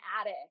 attic